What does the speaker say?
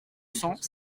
cents